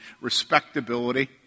respectability